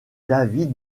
david